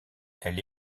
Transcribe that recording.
elle